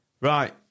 Right